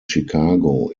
chicago